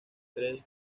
tres